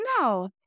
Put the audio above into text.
no